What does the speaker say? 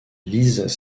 liz